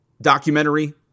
documentary